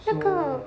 so